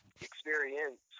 experience